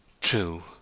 True